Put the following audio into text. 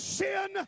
sin